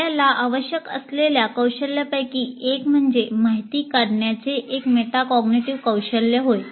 आपल्याला आवश्यक असलेल्या कौशल्यांपैकी एक म्हणजे माहिती काढण्याचे एक मेटाकॉग्निटिव्ह कौशल्य होय